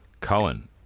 Cohen